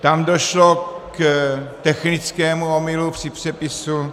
Tam došlo k technickému omylu při přepisu.